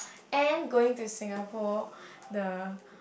and going to Singapore the